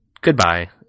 goodbye